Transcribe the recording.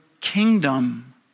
kingdom